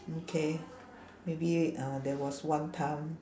okay maybe uh there was one time